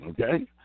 Okay